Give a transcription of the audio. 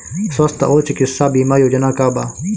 स्वस्थ और चिकित्सा बीमा योजना का बा?